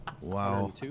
Wow